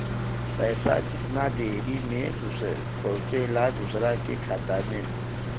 पैसा कितना देरी मे पहुंचयला दोसरा के खाता मे?